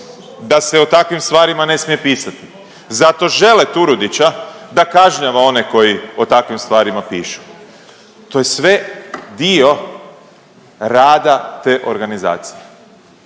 da se o takvim stvarima ne smije pisat, zato žele Turudića da kažnjava one koji o takvim stvarima pišu. To je sve dio rada te organizacije,